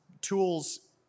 tools